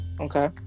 Okay